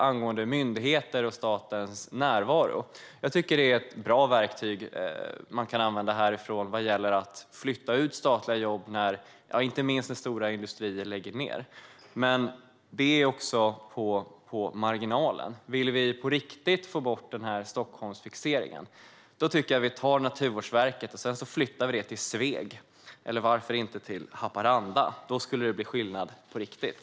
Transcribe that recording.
Angående myndigheter och statens närvaro tycker jag att det är ett bra verktyg som man kan använda härifrån att flytta ut statliga jobb, inte minst när stora industrier lägger ned, men det är på marginalen. Vill vi på riktigt få bort den här Stockholmsfixeringen tycker jag att vi tar Naturvårdsverket och flyttar det till Sveg, eller varför inte till Haparanda. Då skulle det bli skillnad på riktigt.